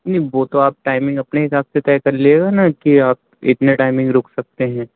نہیں وہ تو آپ ٹائمنگ اپنے حساب سے طے کر لیے گا نا کہ آپ اتنے ٹائمنگ رک سکتے ہیں